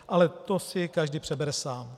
Ale to si každý přebere sám.